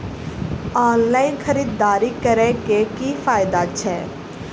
Online खरीददारी करै केँ की फायदा छै?